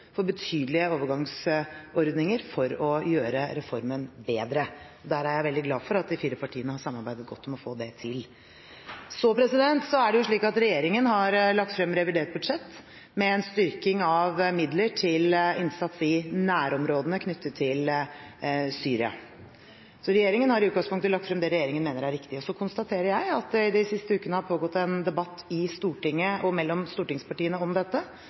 for betydelige overgangsordninger for å gjøre reformen bedre. Jeg er veldig glad for at de fire partiene har samarbeidet godt for å få det til. Så er det slik at regjeringen har lagt frem revidert budsjett med en styrking av midler til innsats i nærområdene knyttet til Syria. Regjeringen har i utgangspunktet lagt frem det regjeringen mener er riktig. Så konstaterer jeg at det i de siste ukene har pågått en debatt i Stortinget og mellom stortingspartiene om dette,